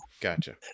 Gotcha